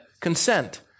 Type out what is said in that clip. Consent